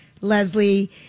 Leslie